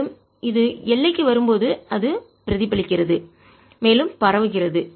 மேலும் இது எல்லைக்கு வரும்போது அது பிரதிபலிக்கிறது மேலும் பரவுகிறது